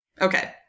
Okay